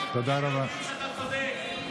יודעים שאתה צודק.